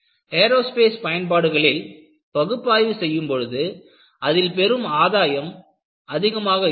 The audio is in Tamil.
ஏரோஸ்பேஸ் பயன்பாடுகளில் பகுப்பாய்வு செய்யும் பொழுது அதில் பெறும் ஆதாயம் அதிகமாக இருக்கும்